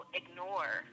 ignore